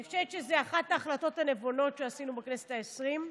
אני חושבת שזאת אחת ההחלטות הנבונות שעשינו בכנסת העשרים,